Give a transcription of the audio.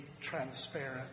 transparent